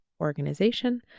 organization